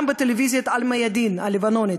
גם בטלוויזיית אל-מיאדין הלבנונית,